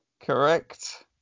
Correct